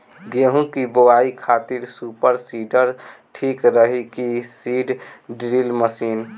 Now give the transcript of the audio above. गेहूँ की बोआई खातिर सुपर सीडर ठीक रही की सीड ड्रिल मशीन?